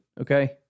okay